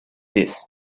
this